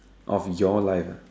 of your life ah